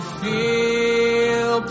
feel